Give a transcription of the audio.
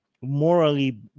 morally